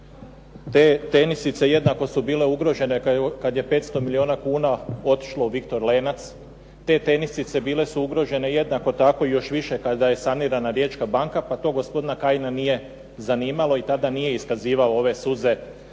Te tenisice jednako su bile ugrožene kada je 500 milijuna kuna otišlo u "Viktor Lenac", te tenisice bile su ugrožene jednako tako i još više kada je sanirana "Riječka banka" pa to gospodina Kajina nije zanimalo i tada nije iskazivao one suze